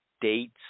dates